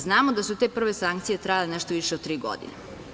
Znamo da su te prve sankcije trajale nešto više od tri godine.